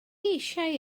eisiau